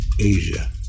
Asia